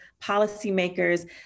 policymakers